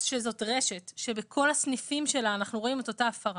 שזאת רשת שבכל הסניפים שלה אנחנו רואים את אותה הפרה,